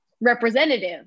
representative